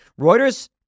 Reuters